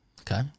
Okay